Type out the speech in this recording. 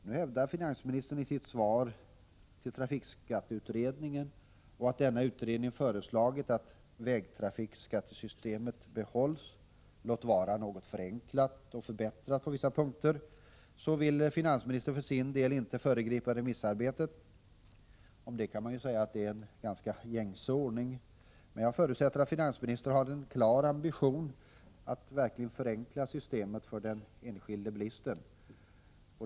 Nu hänvisar finansministern i sitt svar till vägtrafikskatteutredningen och vill för sin del, med hänsyn till att denna utredning föreslagit att vägtrafikskattesystemet behålls — låt vara något förenklat och förbättrat på vissa punkter — inte föregripa remissarbetet. Om det kan man säga, att det egentligen är gängse ordning. Men jag förutsätter att finansministern har en klar ambition att verkligen förenkla systemet för den enskilde bilisten.